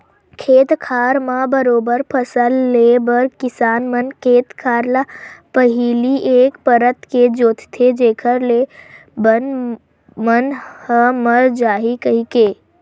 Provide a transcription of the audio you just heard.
खेत खार म बरोबर फसल ले बर किसान मन खेत खार ल पहिली एक परत के जोंतथे जेखर ले बन मन ह मर जाही कहिके